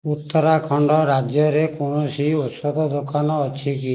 ଉତ୍ତରାଖଣ୍ଡ ରାଜ୍ୟରେ କୌଣସି ଔଷଧ ଦୋକାନ ଅଛି କି